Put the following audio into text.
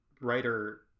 writer